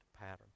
pattern